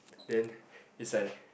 then it's like